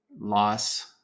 loss